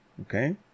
Okay